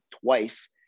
twice